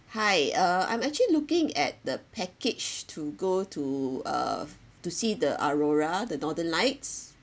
hi uh I'm actually looking at the package to go to uh to see the aurora the northern lights